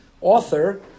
author